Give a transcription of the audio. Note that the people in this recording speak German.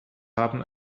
haben